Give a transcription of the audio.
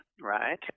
right